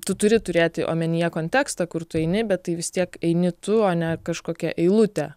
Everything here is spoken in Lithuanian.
tu turi turėti omenyje kontekstą kur tu eini bet vis tiek eini tu o ne kažkokia eilutė